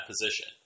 position